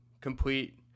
complete